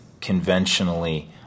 conventionally